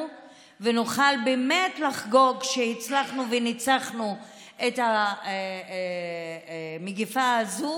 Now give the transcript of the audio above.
ונוכל באמת לחגוג שהצלחנו וניצחנו את המגפה הזו,